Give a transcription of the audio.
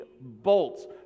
bolts